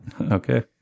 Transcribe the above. Okay